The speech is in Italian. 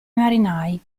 marinai